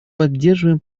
поддерживаем